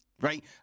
Right